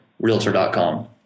realtor.com